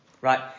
Right